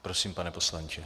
Prosím, pane poslanče.